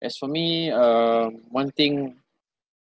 as for me um one thing